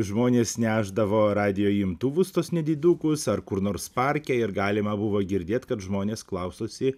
žmonės nešdavo radijo imtuvus tuos nedidukus ar kur nors parke ir galima buvo girdėt kad žmonės klausosi